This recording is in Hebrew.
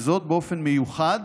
וזאת באופן מיוחד